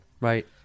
Right